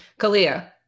kalia